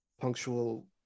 punctual